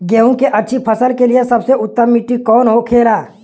गेहूँ की अच्छी फसल के लिए सबसे उत्तम मिट्टी कौन होखे ला?